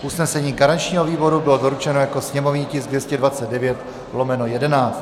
Usnesení garančního výboru bylo doručeno jako sněmovní tisk 229/11.